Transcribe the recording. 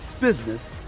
business